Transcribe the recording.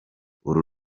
uru